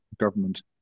government